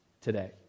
today